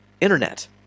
internet